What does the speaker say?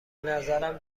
نظرم